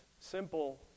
simple